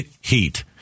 heat